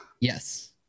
Yes